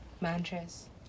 mantras